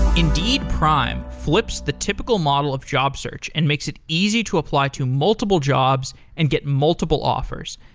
indeed prime flips the typical model of job search and makes it easy to apply to multiple jobs and get multiple offers.